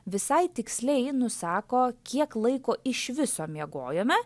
visai tiksliai nusako kiek laiko iš viso miegojome